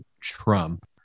Trump